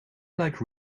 like